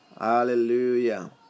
Hallelujah